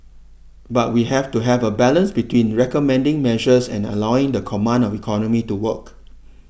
but we have to have a balance between recommending measures and allowing the command of economy to work